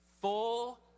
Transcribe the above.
Full